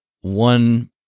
one